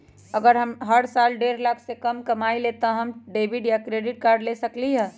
अगर हम हर साल डेढ़ लाख से कम कमावईले त का हम डेबिट कार्ड या क्रेडिट कार्ड ले सकली ह?